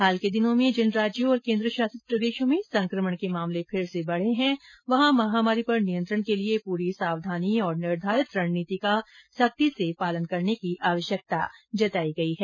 हाल के दिनों में जिन राज्यों और केन्द्र शासित प्रदेशों में संक्रमण के मामले फिर से बढ़े है वहां महामारी पर नियंत्रण के लिए पूरी सावधानी और निर्धारित रणनीति का सख्ती से पालन करने की आवश्यकता है